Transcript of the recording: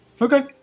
Okay